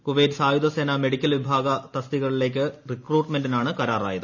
Kuwait സായുധസേന medical വിഭാഗ തസ്തികകളിലേയ്ക്ക് റിക്രൂട്ട്മെന്റിനാണ് കരാറായത്